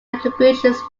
contributions